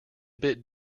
bit